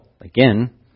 again